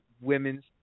women's